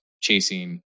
chasing